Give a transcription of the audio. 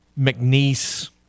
McNeese